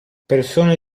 persone